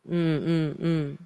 mm mm mm